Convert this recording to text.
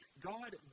God